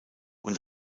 und